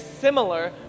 similar